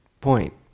point